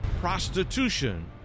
prostitution